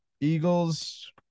Eagles